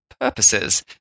purposes